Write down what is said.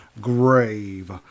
grave